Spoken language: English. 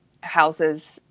houses